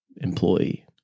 employee